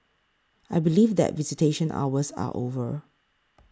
I believe that visitation hours are over